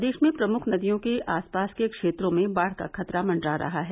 प्रदेश में प्रमुख नदियों के आस पास के क्षेत्रों में बाढ़ का खतरा मंडरा रहा है